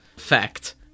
fact